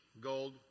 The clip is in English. gold